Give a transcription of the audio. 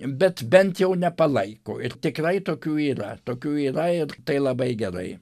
bet bent jau nepalaiko ir tikrai tokių yra tokių yra ir tai labai gerai